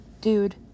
Dude